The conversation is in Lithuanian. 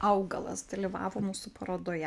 augalas dalyvavo mūsų parodoje